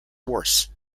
worse